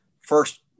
first